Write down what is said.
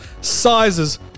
sizes